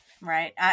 Right